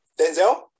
Denzel